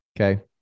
Okay